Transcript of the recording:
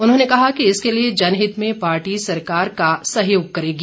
उन्होंने कहा कि इसके लिए जनहित में पार्टी सरकार का सहयोग करेगी